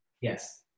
Yes